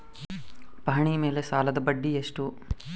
ಪಹಣಿ ಮೇಲೆ ಸಾಲದ ಬಡ್ಡಿ ಎಷ್ಟು?